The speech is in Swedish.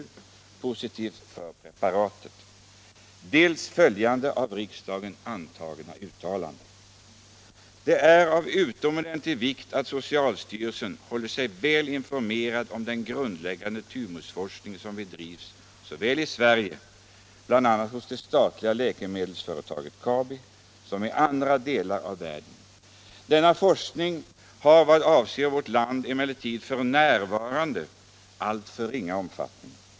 ); dels följande av riksdagen antagna uttalande: Det är av utomordentlig vikt att socialstyrelsen håller sig väl informerad 53 om den grundläggande tymusforskning som bedrivs såväl i Sverige — bl.a. hos det statliga läkemedelsföretaget Kabi — som i andra delar av världen. Denna forskning har vad avser vårt land emellertid f. n. alltför ringa omfattning.